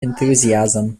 enthusiasm